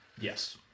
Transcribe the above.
yes